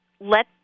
let